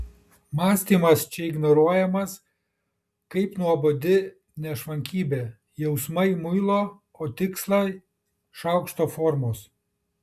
mąstymas čia ignoruojamas kaip nuobodi nešvankybė jausmai muilo o tikslai šaukšto formos